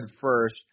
first